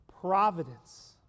providence